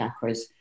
chakras